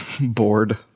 bored